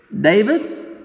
David